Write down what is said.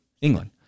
England